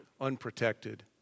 unprotected